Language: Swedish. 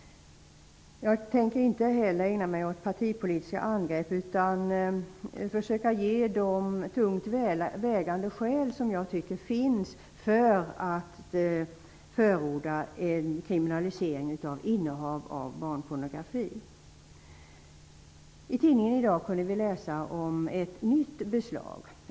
Jag tänker inte heller ägna mig åt partipolitiska angrepp, utan försöka ge de tungt vägande skäl som jag tycker finns för att förorda en kriminalisering av innehav av barnpornografi. I tidningen kunde vi i dag läsa om ett nytt beslag.